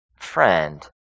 friend